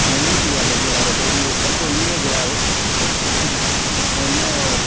महांगो थी वियो आहे चॉक्लेट वारो पहिरीं ॿ सौ वीह जो घुरायो हो ऐं हिनजो